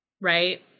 right